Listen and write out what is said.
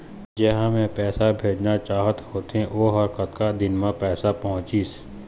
जहां मैं पैसा भेजना चाहत होथे ओहर कतका दिन मा पैसा पहुंचिस?